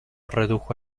redujo